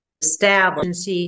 established